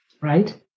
right